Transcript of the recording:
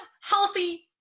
healthy